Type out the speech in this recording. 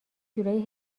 جورایی